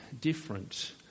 different